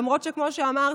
למרות שכמו שאמרתי,